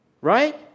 right